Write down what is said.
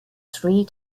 three